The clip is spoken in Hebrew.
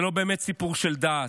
זה לא באמת סיפור דת.